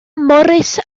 morris